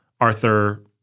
Arthur